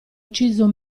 ucciso